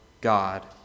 God